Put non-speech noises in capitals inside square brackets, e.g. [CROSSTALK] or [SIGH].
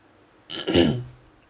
[COUGHS]